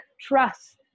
trust